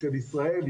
של ישראל,